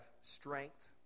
strength